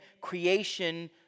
creation